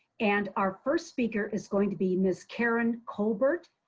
and our first speaker is going to be ms. karen colbert,